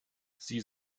sie